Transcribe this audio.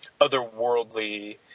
Otherworldly